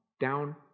down